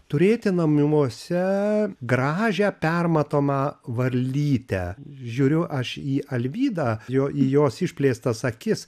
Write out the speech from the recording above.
turėti namuose gražią permatomą varlytę žiūriu aš į alvydą jo į jos išplėstas akis